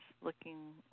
looking